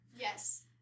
yes